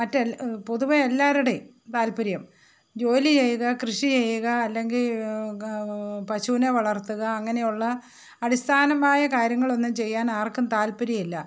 മറ്റെല്ലാ പൊതുവെ എല്ലാവരുടേയും താൽപ്പര്യം ജോലി ചെയ്യുക കൃഷി ചെയ്യുക അല്ലെങ്കിൽ പശുവിനെ വളർത്തുക അങ്ങനെയുള്ള അടിസ്ഥാനമായ കാര്യങ്ങളൊന്നും ചെയ്യാൻ ആർക്കും താൽപ്പര്യമില്ല